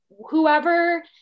whoever